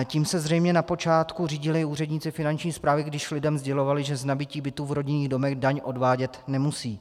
Tím se zřejmě na počátku řídili úředníci Finanční správy, když lidem sdělovali, že z nabytí bytů v rodinných domech daň odvádět nemusí.